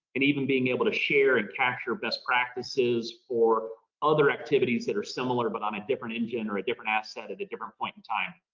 and even being able to share and capture best practices for other activities that are similar but on a different engine or a different asset at a different point in time?